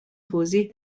توضیح